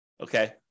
Okay